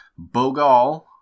Bogal